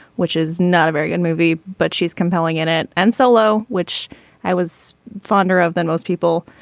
which is not a very good movie but she's compelling in it and solo which i was fonder of than most people.